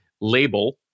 label